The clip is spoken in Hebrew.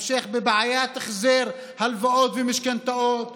המשך בבעיית החזר הלוואות ומשכנתאות,